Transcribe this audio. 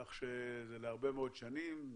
כך שזה להרבה מאוד שנים,